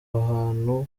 ahantu